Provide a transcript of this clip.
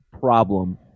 problem